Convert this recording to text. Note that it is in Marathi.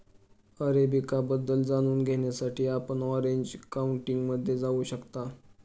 अरेबिका बद्दल जाणून घेण्यासाठी आपण ऑरेंज काउंटीमध्ये जाऊ शकता